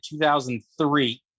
2003